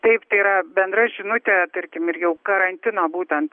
taip tai yra bendra žinutė tarkim ir jau karantiną būtent